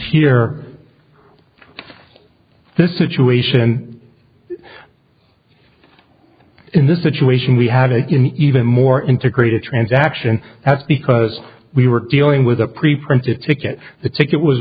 here this is to asian in this situation we have even more integrated transaction that's because we were dealing with a preprinted ticket the ticket was